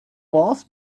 walls